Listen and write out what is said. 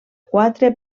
quatre